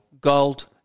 Gold